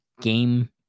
game